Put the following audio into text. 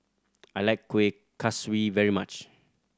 I like Kueh Kaswi very much